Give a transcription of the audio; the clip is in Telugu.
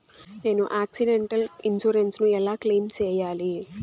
నేను ఆక్సిడెంటల్ ఇన్సూరెన్సు ను ఎలా క్లెయిమ్ సేయాలి?